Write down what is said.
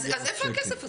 --- אז איפה הכסף הזה?